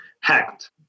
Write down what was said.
hacked